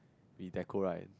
we decor right